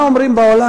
מה אומרים בעולם?